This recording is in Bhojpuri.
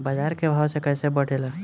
बाजार के भाव कैसे बढ़े ला?